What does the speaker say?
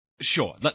sure